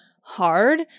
hard